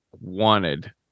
wanted